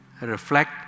reflect